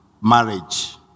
marriage